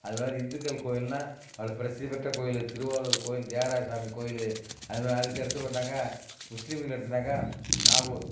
அதுமாதிரி ஹிந்துக்கள் கோயில்னால் அதில் பிரசித்தி பெற்ற கோயில் திருவாரூர் கோயில் தியாகராஜ ஸ்வாமி கோயில் அதுமாரி அதுக்கடுத்து பார்த்தோன்னாக்கா முஸ்லீம்சில் எடுத்தோன்னாக்கால் நாகூர்